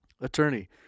Attorney